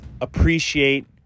appreciate